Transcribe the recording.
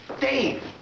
Dave